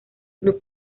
club